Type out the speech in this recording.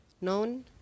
known